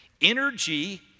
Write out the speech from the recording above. energy